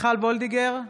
מיכל וולדיגר,